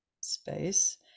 space